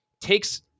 takes